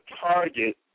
target